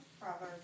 Proverbs